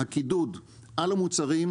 הקידוד על המוצרים,